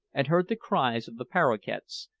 and heard the cries of the paroquets,